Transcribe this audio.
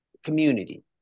Community